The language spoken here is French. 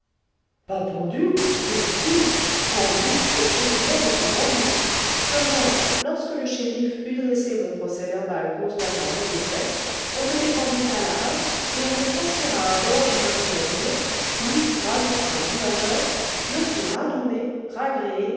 pas pendu que si pendu tout ce qu'il y a de plus pendu seulement lorsque le scherif eut dressé mon procès-verbal constatant mon décès on me dépendit à la hâte et on me transféra à bord de notre navire où grâce aux soins du major je fus radoubé ragréé